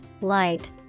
light